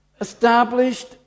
established